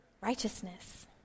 righteousness